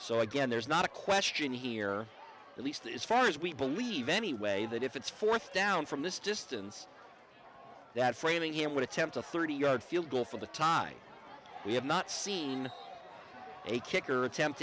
so again there's not a question here at least as far as we believe anyway that if it's fourth down from this distance that framingham would attempt a thirty yard field goal for the tie we have not seen a kicker attempt